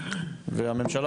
אני רוצה להגיד לכם,